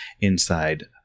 inside